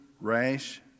rash